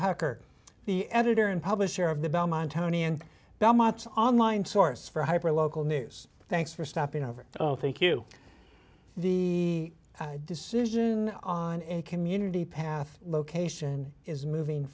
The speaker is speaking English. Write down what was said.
tucker the editor and publisher of the belmont county and the much online source for hyper local news thanks for stopping over oh thank you the decision on a community path location is moving